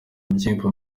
abyimba